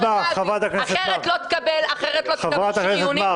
חבר הכנסת שפע,